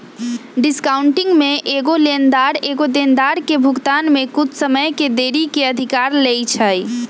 discounting में एगो लेनदार एगो देनदार के भुगतान में कुछ समय के देरी के अधिकार लेइ छै